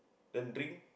then drink